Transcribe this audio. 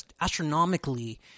astronomically